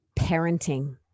parenting